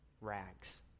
rags